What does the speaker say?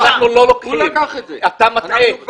אנחנו לא לוקחים, אתה מטעה.